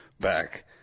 back